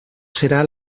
serà